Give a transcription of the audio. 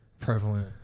prevalent